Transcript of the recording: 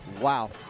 Wow